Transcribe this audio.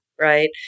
right